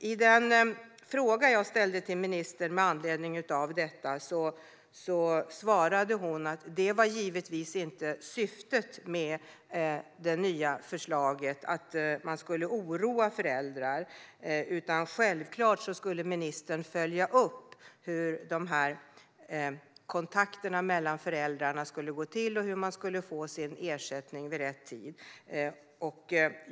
På den fråga jag ställde till ministern med anledning av detta svarade hon att syftet med det nya förslaget givetvis inte var att man skulle oroa föräldrar. Självklart skulle ministern följa upp hur de här kontakterna mellan föräldrarna skulle gå till och hur man skulle få sin ersättning vid rätt tid.